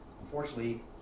Unfortunately